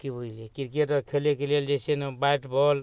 कि बुझलिए किरकेट आओर खेलैके लेल छै ने बैट बॉल